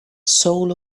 soul